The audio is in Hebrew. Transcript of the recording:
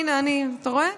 הינה אני, אתה רואה?